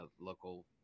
local